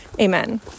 Amen